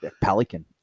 Pelican